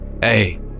Hey